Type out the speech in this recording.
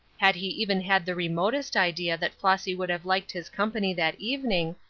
had he even had the remotest idea that flossy would have liked his company that evening,